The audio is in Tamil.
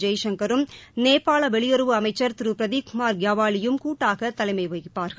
ஜெய்ஷங்கரும் நேபாள வெளியுறவு அமைச்சர் திரு பிரதீப் குமார் கியாவாலியும் கூட்டாக தலைமை வகிப்பார்கள்